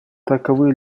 таковы